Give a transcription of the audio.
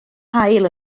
haul